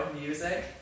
music